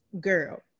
girl